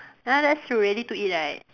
ya that's true ready to eat right